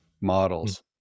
models